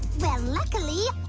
well luckily